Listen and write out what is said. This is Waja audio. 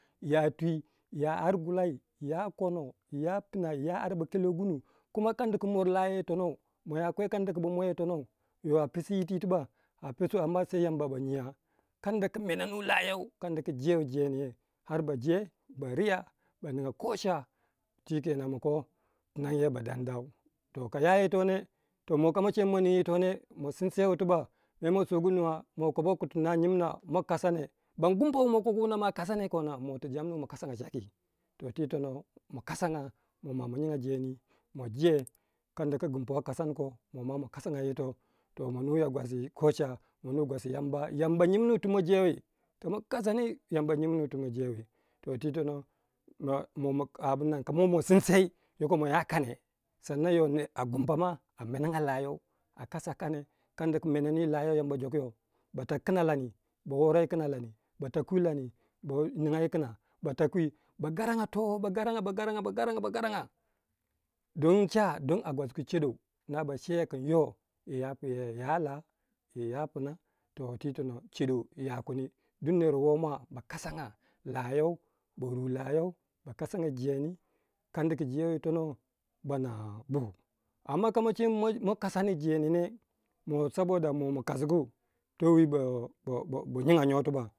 Ya twi, ya har gulai ya kono ya tina kuma kanda ku mor layai yi tonou, maya kwe yadda ku ba mwe yitonou yo apusi yiti tibak sai Yamba ba nyiya kadda ku meneno layau kadda ku jewei jeni yei har baje ba riya baninga koca cikenan ba ko tinang yo ba damdau, to ka ya ito ne kama nyekin ma ning yitone masinsewe tibak mer ma sugu nuwa koba tu no nyimna ma kasane ban gumpa wu ma kogu wuna kasane mo tu jamin kasangu nyaki to twi tono mo mwa ma kasanga jeni moma ma Je kadda ku gumpa wo kasani ko moma ma kasanga yito, ma nuya gwasi koca manu gwas Yambai, Yamba nyimno tu ma jewei, kama kasani Yamba nyimno tu ma jewei, toti tono abun nan kamo ma sinsei yoko maya kane, sannan yone a gumpa ma amenanga layau a kasa kane kadda ku meneni layau a jukuya ba ta kuna lani ba wora yu kina lani, bata ku lani ba wora yi kina bata kwi, ba garanga towo bagaranga ba garanga ba garanga don cha don a gwasgu cedo yapu yeto ya la ya buna don tono cedo, duk ner wu ya la ba kasanga layau ba ru layau, ba kasanga jeni yadda ku jewei yi tonou baninga buw amma kamace kin ma kasani jeni ne mo saboda mo ma kasgu towi bo- bo nyinga yo tuba.